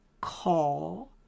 call